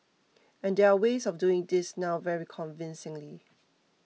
and there're ways of doing this now very convincingly